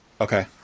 Okay